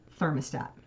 thermostat